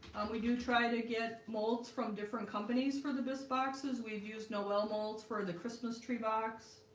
um, we do try to get molds from different companies for the best boxes, we've used noel molds for the christmas tree box